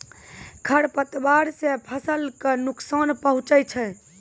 खरपतवार से फसल क नुकसान पहुँचै छै